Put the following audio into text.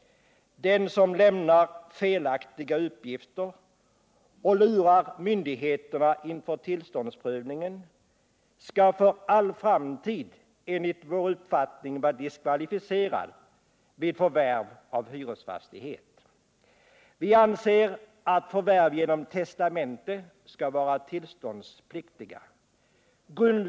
Den som lämnar felaktiga uppgifter och lurar myndigheterna inför tillståndsprövningen skall för all framtid enligt vår uppfattning vara diskvalificerad vid förvärv av hyresfastighet. Vi anser att förvärv genom testamente skall vara tillståndspliktiga.